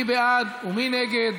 מי בעד ומי נגד?